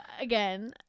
again